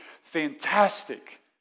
fantastic